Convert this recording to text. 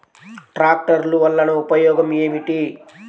ట్రాక్టర్లు వల్లన ఉపయోగం ఏమిటీ?